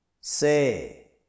Say